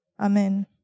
Amen